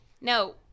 no